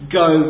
go